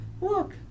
Look